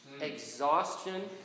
exhaustion